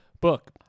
book